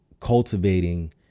cultivating